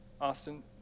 Austin